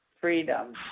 freedom